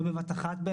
לא בבת אחת,